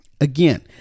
again